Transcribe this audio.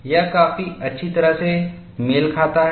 यह काफी अच्छी तरह से मेल खाता था